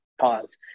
pause